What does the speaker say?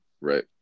Right